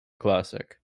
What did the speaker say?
classic